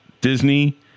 Disney